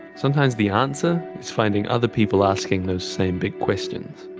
sometimes the answer is finding other people asking those same big questions.